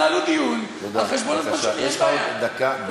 תן לו עוד חצי דקה על,